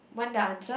want the answer